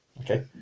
Okay